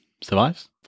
survives